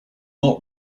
not